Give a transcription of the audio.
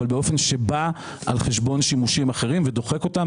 אבל באופן שבא על חשבון שימושים אחרים ודוחק אותם,